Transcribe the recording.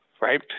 right